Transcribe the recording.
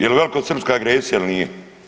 Jel' velikosrpska agresija ili nije.